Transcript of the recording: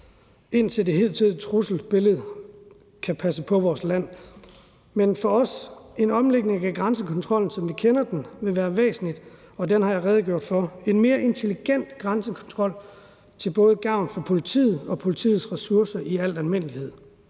indtil trusselsbilledet er sådan, at man kan passe på vores land. Men for os vil en omlægning af grænsekontrollen, som vi kender den, være væsentlig, og den har jeg redegjort for. Det er en mere intelligent grænsekontrol til gavn for både politiet og politiets ressourcer i al almindelighed,